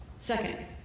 Second